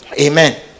Amen